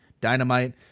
Dynamite